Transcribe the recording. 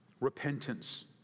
repentance